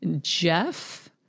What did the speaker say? Jeff